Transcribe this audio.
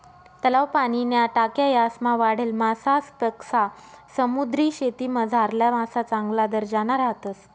तलाव, पाणीन्या टाक्या यासमा वाढेल मासासपक्सा समुद्रीशेतीमझारला मासा चांगला दर्जाना राहतस